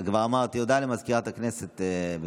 כבר אמרתי, הודעה לסגנית מזכיר הכנסת.